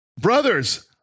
brothers